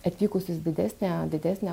atvykusius didesnę didesnę